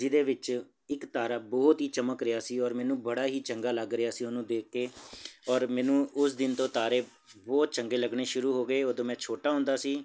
ਜਿਹਦੇ ਵਿੱਚ ਇੱਕ ਤਾਰਾ ਬਹੁਤ ਹੀ ਚਮਕ ਰਿਹਾ ਸੀ ਔਰ ਮੈਨੂੰ ਬੜਾ ਹੀ ਚੰਗਾ ਲੱਗ ਰਿਹਾ ਸੀ ਉਹਨੂੰ ਦੇਖ ਕੇ ਔਰ ਮੈਨੂੰ ਉਸ ਦਿਨ ਤੋਂ ਤਾਰੇ ਬਹੁਤ ਚੰਗੇ ਲੱਗਣੇ ਸ਼ੁਰੂ ਹੋ ਗਏ ਉਦੋਂ ਮੈਂ ਛੋਟਾ ਹੁੰਦਾ ਸੀ